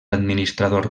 administrador